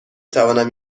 توانم